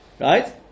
right